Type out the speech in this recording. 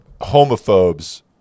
homophobes